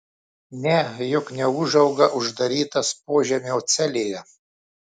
ne juk neūžauga uždarytas požemio celėje